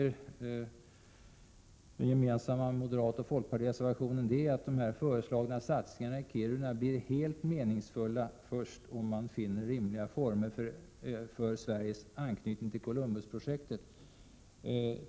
I den gemensamma moderatoch folkpartireservationen sägs att de föreslagna satsningarna i Kiruna blir helt meningsfulla först om man finner rimliga former för Sveriges anknytning till Columbusprojektet.